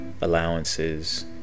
allowances